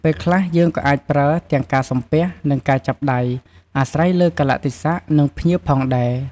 ពេលខ្លះយើងក៏អាចប្រើទាំងការសំពះ និងការចាប់ដៃ អាស្រ័យលើកាលៈទេសៈ និងភ្ញៀវផងដែរ។